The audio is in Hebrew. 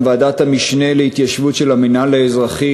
גם ועדת המשנה להתיישבות של המינהל האזרחי